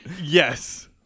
Yes